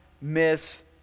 miss